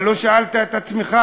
אבל לא שאלת את עצמך,